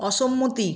অসম্মতি